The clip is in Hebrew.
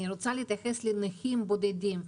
אני רוצה להתייחס לנכים בודדים,